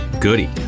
Goody